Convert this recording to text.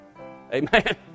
Amen